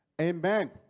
Amen